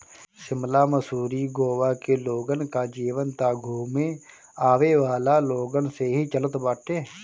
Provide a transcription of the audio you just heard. शिमला, मसूरी, गोवा के लोगन कअ जीवन तअ घूमे आवेवाला लोगन से ही चलत बाटे